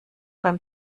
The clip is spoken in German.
beim